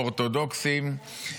אורתודוקסים.